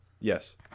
Yes